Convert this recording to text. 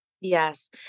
Yes